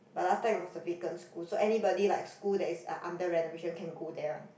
but last time it was a vacant school so anybody like school that is under renovation can go there one